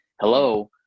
hello